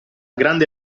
grande